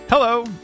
Hello